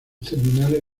terminales